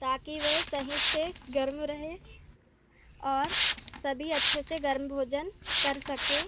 ताकि वह सही से गर्म रहे और सभी अच्छे से गर्म भोजन कर सकें